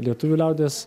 lietuvių liaudies